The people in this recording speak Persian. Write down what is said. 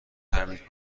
تعمیر